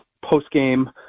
post-game